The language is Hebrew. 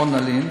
אורנה לין.